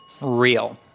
Real